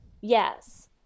Yes